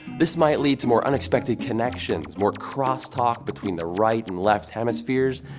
this might lead to more unexpected connections, more cross-talk between the right and left hemispheres,